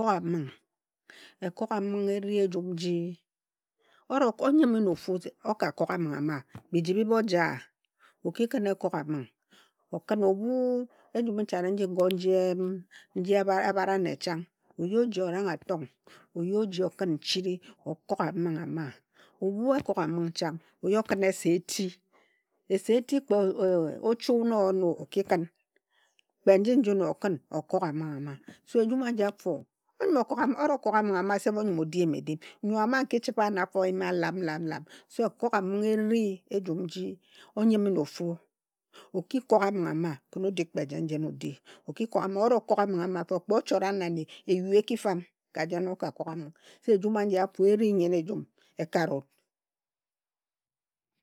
Ekoga ming: Onyime na ofu se, o ka kog a ming ama biji bhi mo ja a. Oki khin ekog a ming, okhin, ebhu e-jum nchane nji ngo, nji em nji ebhara ne chang, oyi oji, orang a tong, oyi oji okhin nchiri okog a ming ama. Ebhu ekogaming chang, oyi okhin esa eti, eti kpe ochu na o yen o, o ki khin, kpe njin jin o khim okog aming a ma. So ejum a ji afo, onyim o rokog a ming ame self onyim o di eyim edim. Nyo ama nki chibhe ano afo nyim a lam lam lam. So ekogaming eri ejum nji onyime na ofu, oki kog aming ama khin odig kpe jen jen, odi. O ki kog a, orokoa aming a mafo kpe ochora na nne, eyu ekifam ka jen oka kog aming. Ejum aji afo eri nyen ejum ekarewut.